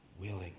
willing